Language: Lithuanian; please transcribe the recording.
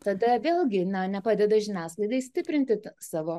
tada vėl gina nepadeda žiniasklaidai stiprinti savo